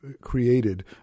created